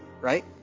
right